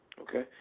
Okay